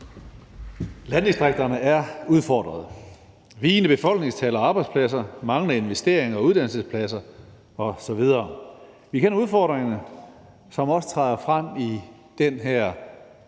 Landdistrikterne er udfordrede af vigende befolkningstal og arbejdspladser, manglende investeringer og uddannelsespladser osv. Vi kender de udfordringer, som også træder frem i den her